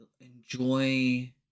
enjoy